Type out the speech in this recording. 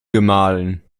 gemahlen